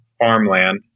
farmland